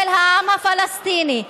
של העם הפלסטיני,